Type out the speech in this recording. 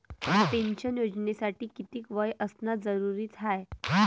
Pension योजनेसाठी कितीक वय असनं जरुरीच हाय?